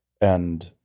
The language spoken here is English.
and-